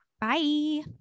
Bye